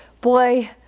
Boy